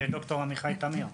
אליקו שליין וד"ר עמיחי תמיר.